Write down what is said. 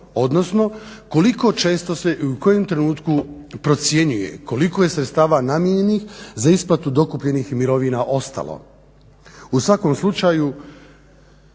odnosno koliko često se i u kojem trenutku procjenjuje koliko je sredstava namijenjenih za isplatu dokupljenih mirovina ostalo. U svakom slučaju